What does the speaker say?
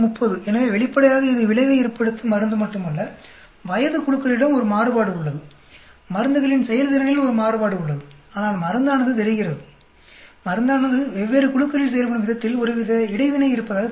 எனவே வெளிப்படையாக இது விளைவை ஏற்படுத்தும் மருந்து மட்டுமல்ல வயது குழுக்களிடம் ஒரு மாறுபாடு உள்ளது மருந்துகளின் செயல்திறனில் ஒரு மாறுபாடு உள்ளது ஆனால் மருந்தானது வெவ்வேறு குழுக்களில் செயல்படும் விதத்தில் ஒருவித இடைவினை இருப்பதாகத் தெரிகிறது